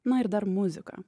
na ir dar muzika